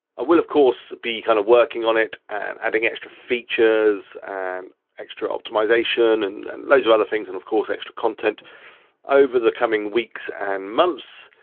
i will of course, be kind of working on it and adding extra features and extra optimization and and loads of other things, and of course extra content over the coming weeks and months.